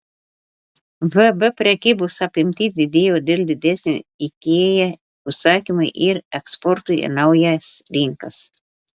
vb prekybos apimtis didėjo dėl didesnių ikea užsakymų ir eksporto į naujas rinkas